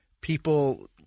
People